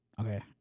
okay